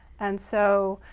and so